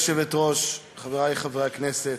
גברתי היושבת-ראש, חברי חברי הכנסת,